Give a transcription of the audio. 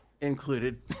Included